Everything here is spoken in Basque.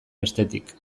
bestetik